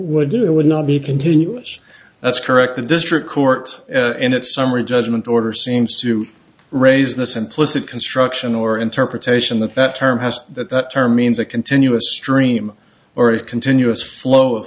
would do it would not be continuous that's correct the district court in that summary judgment order seems to raise this implicit construction or interpretation that that term has that that term means a continuous stream or a continuous flow of